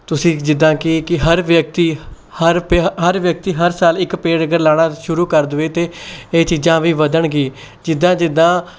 ਤੁਸੀਂ ਜਿੱਦਾਂ ਕਿ ਕਿ ਹਰ ਵਿਅਕਤੀ ਹਰ ਪੇ ਹਰ ਵਿਅਕਤੀ ਹਰ ਸਾਲ ਇੱਕ ਪੇੜ ਅਗਰ ਲਾਉਣਾ ਸ਼ੁਰੂ ਕਰ ਦੇਵੇ ਅਤੇ ਇਹ ਚੀਜ਼ਾਂ ਵੀ ਵਧਣਗੀ ਜਿੱਦਾਂ ਜਿੱਦਾਂ